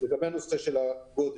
לגבי גודל: